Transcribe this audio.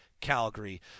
Calgary